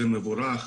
זה מבורך.